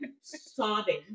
sobbing